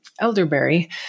Elderberry